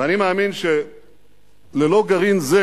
ואני מאמין שללא גרעין זה